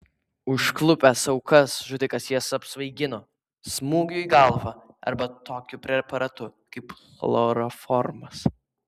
užklupęs aukas žudikas jas apsvaigino smūgiu į galvą arba tokiu preparatu kaip chloroformas